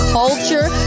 culture